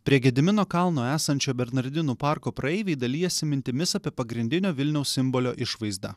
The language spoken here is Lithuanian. prie gedimino kalno esančio bernardinų parko praeiviai dalijasi mintimis apie pagrindinio vilniaus simbolio išvaizdą